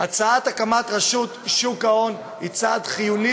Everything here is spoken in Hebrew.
הצעת הקמת רשות שוק ההון היא צעד חיוני